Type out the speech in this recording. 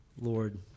Lord